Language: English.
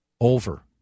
over